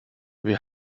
wir